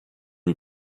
lui